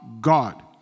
God